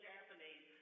Japanese